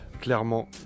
clairement